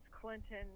Clinton